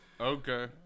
Okay